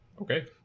Okay